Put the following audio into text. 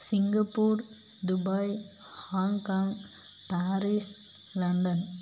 Singapore Dubai Hong Kong Paris London